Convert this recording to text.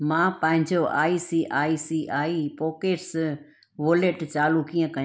मां पंहिंजो I C I C I pockets wallet चालू कीअं कयां